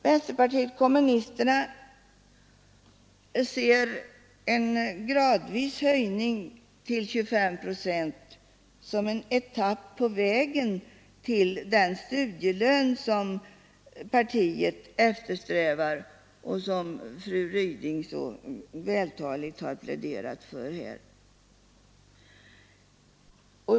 Vänsterpartiet kommunisterna ser en gradvis höjning till 25 procent som en etapp på vägen till den studielön som partiet eftersträvar och som fru Ryding så vältaligt har pläderat för här.